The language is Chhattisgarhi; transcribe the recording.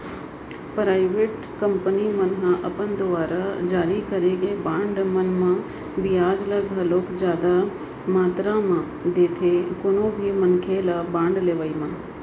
पराइबेट कंपनी मन ह अपन दुवार जारी करे गे बांड मन म बियाज ल घलोक जादा मातरा म देथे कोनो भी मनखे ल बांड लेवई म